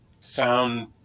found